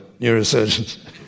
neurosurgeons